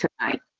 tonight